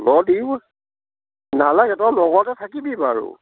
নালাগে তই লগতে থাকিবি বাৰু